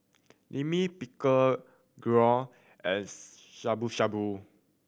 Lime Pickle Gyros and Shabu Shabu